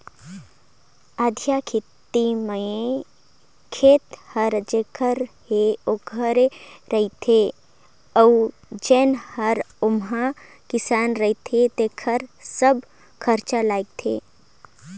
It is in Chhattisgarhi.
अधिया खेती में खेत हर जेखर हे ओखरे रथे अउ जउन हर ओम्हे किसानी करथे तेकरे सब्बो खरचा लगथे